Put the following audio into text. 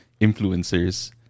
influencers